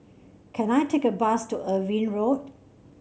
can I take a bus to Irving Road